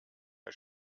der